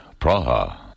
Praha